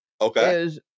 Okay